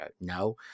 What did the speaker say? no